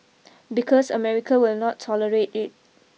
because America will not tolerate it